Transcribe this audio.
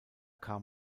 kam